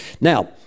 now